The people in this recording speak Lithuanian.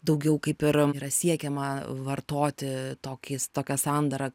daugiau kaip ir yra siekiama vartoti tokiais tokia sandara